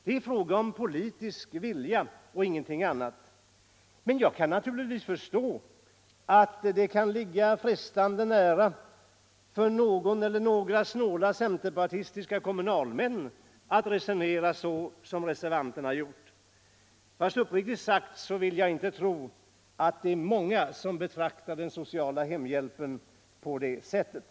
Det är en fråga om politisk vilja och ingenting annat. Men jag kan naturligtvis förstå att det kan ligga frestande nära för någon eller några snåla centerpartistiska kommunalmän att resonera så som reservanterna gör. Jag vill dock, uppriktigt sagt, inte tro att det är många som betraktar den sociala hemhjälpen på det sättet.